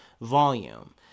volume